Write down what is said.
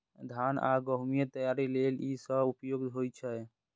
धान आ गहूम तैयारी लेल ई सबसं उपयुक्त होइ छै